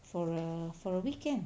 for a for a weekend